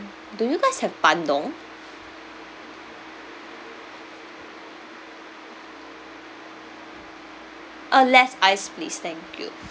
do you guys have bandung uh less ice please thank you